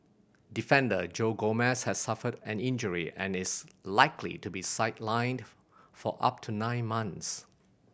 defender Joe Gomez has suffered an injury and is likely to be sidelined for up to nine month